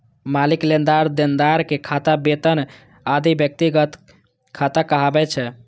मालिक, लेनदार, देनदार के खाता, वेतन खाता आदि व्यक्तिगत खाता कहाबै छै